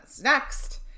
next